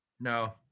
No